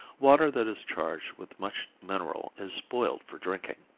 water that is charged with much mineral is spoiled for drinking.